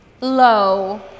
low